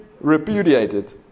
repudiated